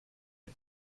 for